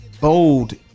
Bold